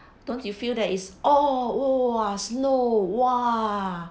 don't you feel that is oh !wow! snow !wah!